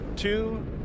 two